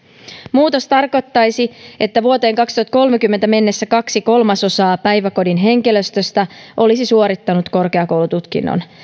muutos tarkoittaisi että vuoteen kaksituhattakolmekymmentä mennessä kaksi kolmasosaa päiväkodin henkilöstöstä olisi suorittanut korkeakoulututkinnon